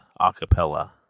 acapella